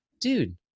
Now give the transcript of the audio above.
dude